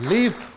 Leave